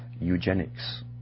eugenics